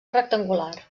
rectangular